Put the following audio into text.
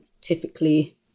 typically